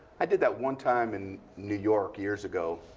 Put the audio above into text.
i did that one time in new york years ago.